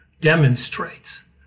demonstrates